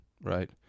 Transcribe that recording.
right